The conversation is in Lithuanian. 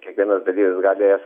kiekvienas dalyvis galės